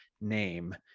name